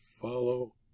follow